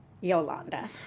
yolanda